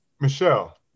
Michelle